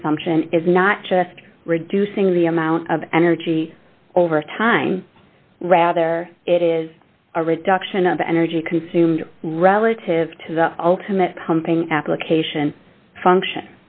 consumption is not just reducing the amount of energy over time rather it is a reduction of energy consumed relative to the ultimate pumping application function